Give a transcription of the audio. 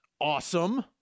awesome